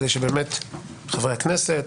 כדי שחברי הכנסת,